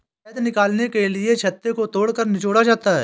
शहद निकालने के लिए छत्ते को तोड़कर निचोड़ा जाता है